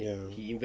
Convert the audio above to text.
ya